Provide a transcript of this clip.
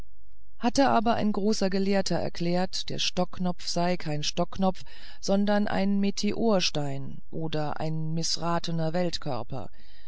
hat aber ein großer gelehrter erklärt der stockknopf sei kein stockknopf sondern ein meteorstein oder ein mißratener